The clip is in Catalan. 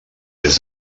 des